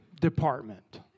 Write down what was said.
department